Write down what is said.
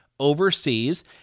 overseas